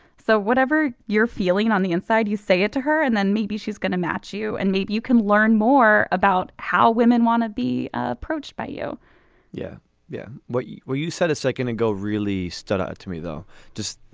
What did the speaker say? so whatever you're feeling on the inside you say it to her and then maybe she's going to match you and maybe you can learn more about how women want to be approached by you yeah yeah. what. well you said a second ago really stood out ah to me though just.